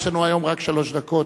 יש לנו היום רק שלוש דקות.